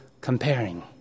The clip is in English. comparing